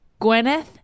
Gwyneth